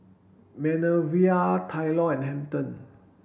Manervia Tylor and Hampton